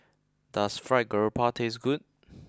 does Fried Garoupa taste good